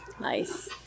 Nice